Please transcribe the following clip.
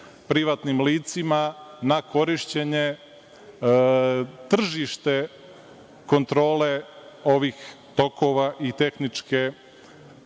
privatnim licima na korišćenje tržište kontrole ovih tokova i tehničke